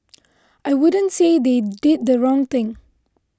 I wouldn't say they did the wrong thing